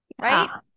Right